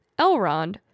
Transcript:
Elrond